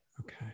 Okay